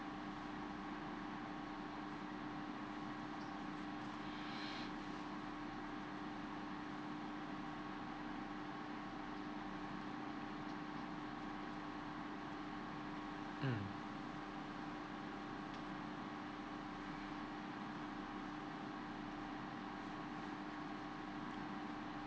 mm